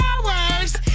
flowers